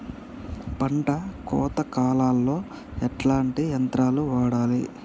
పంట కోత కాలాల్లో ఎట్లాంటి యంత్రాలు వాడాలే?